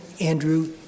Andrew